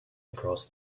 across